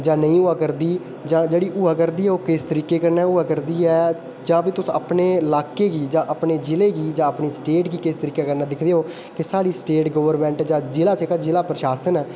जां नेईं होआ करदी जां जेह्ड़ी होआ करदी ओह् किस तरीके कन्नै होआ करदी ऐ जां फिर तुस अपने लाके गी जां अपने जिले गी जां अपने स्टेट गी किस तरीके कन्नै दिक्खदे ओ की साढे़ स्टेट गवर्नमेंट जां जिला जेह्का जिला प्रशासन ऐ